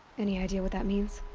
any idea what that means?